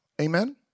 amen